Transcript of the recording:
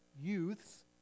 youths